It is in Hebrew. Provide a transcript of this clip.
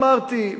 אמרתי,